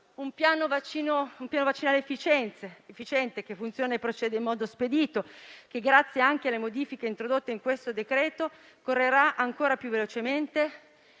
Un piano vaccinale efficiente che funziona e procede in modo spedito e che, grazie anche alle modifiche introdotte in questo decreto-legge, correrà ancora più velocemente